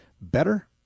better